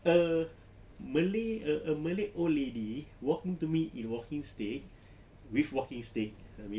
a malay a a malay old lady walking to me in walking sticks with walking sticks I mean